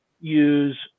use